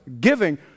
giving